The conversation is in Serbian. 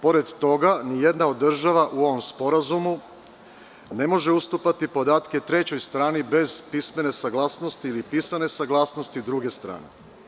Pored toga, nijedna od država u ovom sporazumu ne može ustupati podatke trećoj strani bez pismene saglasnosti ili pisane saglasnosti druge strane.